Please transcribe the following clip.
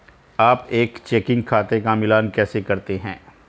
आप एक चेकिंग खाते का मिलान कैसे करते हैं?